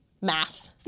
math